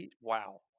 wow